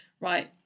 right